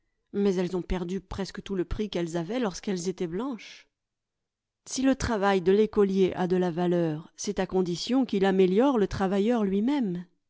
mais elles ont perdu presque tout le prix qu'elles avaient lorsqu'elles étaient blanches si le travail de vécouer a de la valeur c'est à condition qu'il améliore le travailleur lui-même